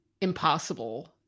impossible